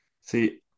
See